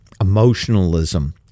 emotionalism